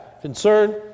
Concern